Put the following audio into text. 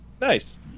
Nice